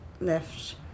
left